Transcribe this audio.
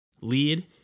lead